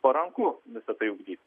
paranku visa tai ugdyti